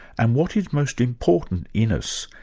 and what is most important in us,